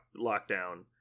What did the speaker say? lockdown